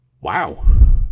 wow